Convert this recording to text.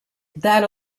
that